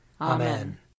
Amen